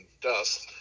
dust